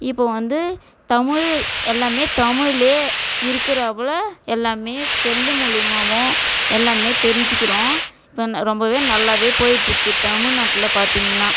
இப்போ வந்து தமிழ் இப்போ எல்லாமே தமிழ்ல இருக்குறாப்பில எல்லாமே செல் மூலியமாகவும் எல்லாமே தெரிஞ்சிக்கிறோம் இப்போ ந ரொம்பவே நல்லாவே போயிட்டு இருக்கு தமிழ்நாட்டில் பார்த்திங்கன்னா